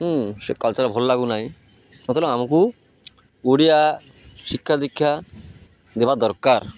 ହୁଁ ସେ କଲଚର୍ ଭଲ ଲାଗୁ ନାହିଁ ଆମକୁ ଓଡ଼ିଆ ଶିକ୍ଷା ଦୀକ୍ଷା ଦେବା ଦରକାର